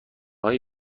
های